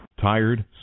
Tired